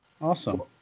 awesome